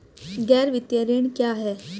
गैर वित्तीय ऋण क्या है?